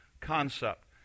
concept